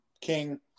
King